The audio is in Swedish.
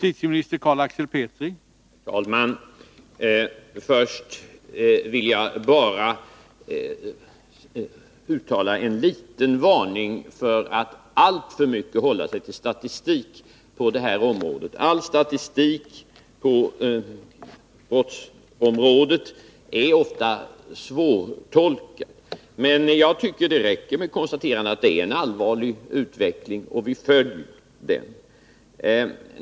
Herr talman! Jag vill börja med att uttala en liten varning för att alltför mycket hålla sig till statistik på det här området. All statistik på brottsområdet är svårtolkad. Jag tycker att det räcker med konstaterandet att det är en allvarlig utveckling och att vi följer den.